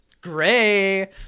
Gray